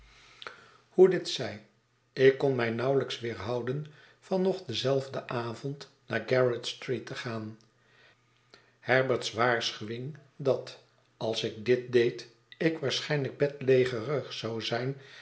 hoe dit zij ik kon mij nauwelijks weerhouden van nog denzelfden avond naar gerrardstreet te gaan herbert's waarschuwing dat als ik dit deed ik waarschijnlijk bedlegerig zou zijn